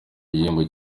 igihembo